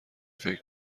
فکر